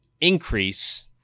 increase